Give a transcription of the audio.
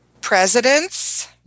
presidents